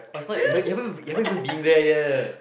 but it's not you haven't eve~ you haven't even been there yet